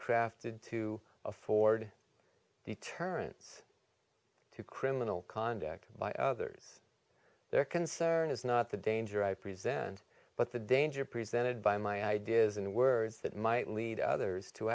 crafted to afford deterrents to criminal conduct by others their concern is not the danger i present but the danger presented by my ideas and words that might lead others to